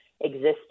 existing